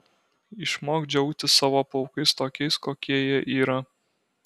išmok džiaugtis savo plaukais tokiais kokie jie yra